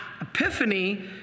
Epiphany